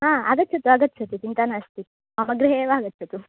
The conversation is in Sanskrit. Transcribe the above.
हा आगच्छतु आगच्छतु चिन्ता नास्ति मम गृहे एव आगच्छतु